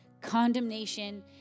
condemnation